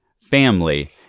family